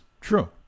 True